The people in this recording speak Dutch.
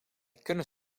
kunnen